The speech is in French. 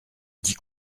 dix